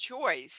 choice